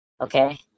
Okay